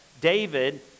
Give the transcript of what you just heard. David